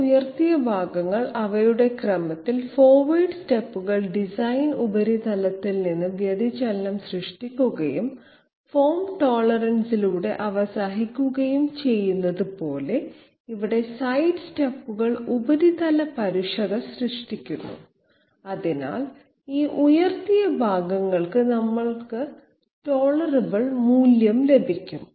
ഈ ഉയർത്തിയ ഭാഗങ്ങൾ അവയുടെ ക്രമത്തിൽ ഫോർവേഡ് സ്റ്റെപ്പുകൾ ഡിസൈൻ ഉപരിതലത്തിൽ നിന്ന് വ്യതിചലനം സൃഷ്ടിക്കുകയും ഫോം ടോളറൻസിലൂടെ അവ സഹിക്കുകയും ചെയ്യുന്നതുപോലെ ഇവിടെ സൈഡ് സ്റ്റെപ്പുകൾ ഉപരിതല പരുഷത സൃഷ്ടിക്കുന്നു അതിനാൽ ഈ ഉയർത്തിയ ഭാഗങ്ങൾക്ക് നമുക്ക് ടോളറബിൾ മൂല്യം ലഭിക്കും